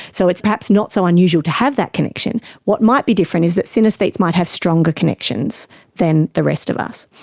so it's perhaps not so unusual to have that connection. what might be different is that synaesthetes might have stronger connections than the rest of us.